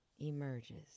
emerges